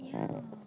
yeah